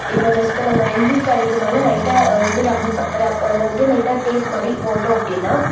இப்போ ஜஸ்ட் நம்ம எழுதிருக்க அதுக்கு மேலே லைட்டாக வந்து ரப்பு பண் ரப் அதை வந்து லைட்டாக டேப் மாதிரி போட்டோம் அப்படின்னா